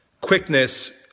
quickness